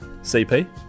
cp